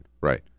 Right